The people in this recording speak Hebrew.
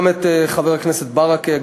גם את חבר הכנסת ברכה,